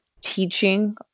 teaching